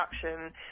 production